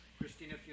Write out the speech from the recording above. Christina